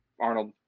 Arnold